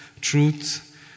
truth